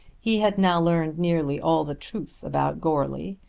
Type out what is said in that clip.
he had now learned nearly all the truth about goarly,